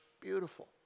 beautiful